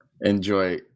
Enjoy